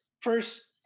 first